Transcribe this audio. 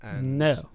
No